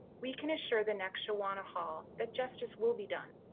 we can assure the next shawana hall that justice will be done.